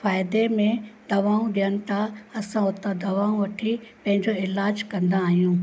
फ़ाइदे में दवाऊं ॾियनि था असां उतां दवाऊं वठी पंहिंजो इलाजु कंदा आहियूं